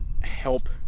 help